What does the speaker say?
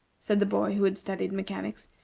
said the boy who had studied mechanics.